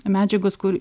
medžiagos kur